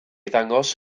ddangos